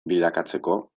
bilakatzeko